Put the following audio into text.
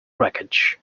wreckage